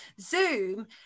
Zoom